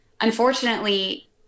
unfortunately